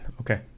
okay